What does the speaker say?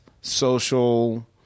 social